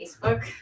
Facebook